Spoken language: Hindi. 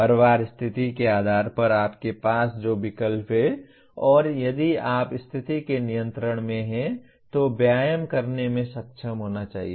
हर बार स्थिति के आधार पर आपके पास जो विकल्प हैं और यदि आप स्थिति के नियंत्रण में हैं तो व्यायाम करने में सक्षम होना चाहिए